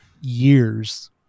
years